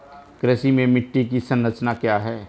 कृषि में मिट्टी की संरचना क्या है?